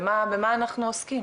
במה אנחנו עוסקים,